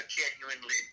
genuinely